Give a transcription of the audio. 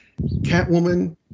Catwoman